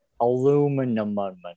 Aluminum